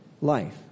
life